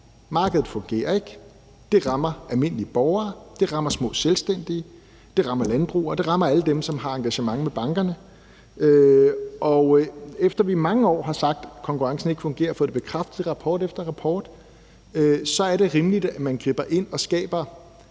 markedet ikke fungerer, det rammer almindelige borgere, det rammer små selvstændige, det rammer landbrug, og det rammer alle dem, som har engagement med bankerne. Efter vi i mange år har sagt, at konkurrencen ikke fungerer, fået det bekræftet i rapport efter rapport, er det rimeligt, at man griber ind og skaber